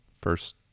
first